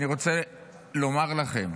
אני רוצה לומר לכם